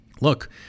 look